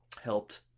helped